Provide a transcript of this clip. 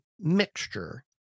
mixture